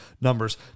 numbers